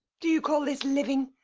do you call this living?